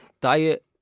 diet